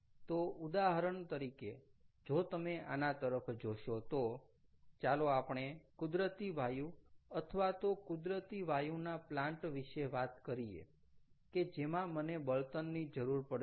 તો ઉદાહરણ તરીકે જો તમે આના તરફ જોશો તો ચાલો આપણે કુદરતી વાયુ અથવા તો કુદરતી વાયુના પ્લાન્ટ વિશે વાત કરીએ કે જેમાં મને બળતણની જરૂર પડશે